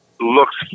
looks